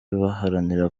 baharanira